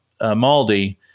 Maldi